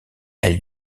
elle